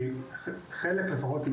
כי השותפים כאן לפחות חלק מהם